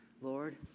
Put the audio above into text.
Lord